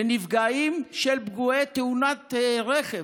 לנפגעים של פגועי תאונת רכב.